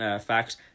facts